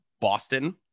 Boston